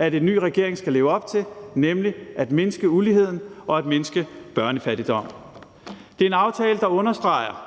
en ny regering skal leve op til, nemlig at mindske ulighed og mindske børnefattigdom. Det er en aftale, der understreger,